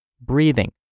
breathing